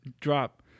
drop